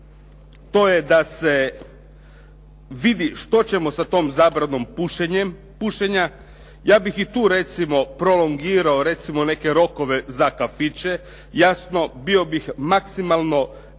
to je da se vidi što ćemo sa tom zabranom pušenja. Ja bih i tu recimo prolongirao recimo neke rokove za kafiće, jasno bio bih maksimalno